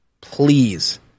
please